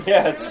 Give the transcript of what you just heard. Yes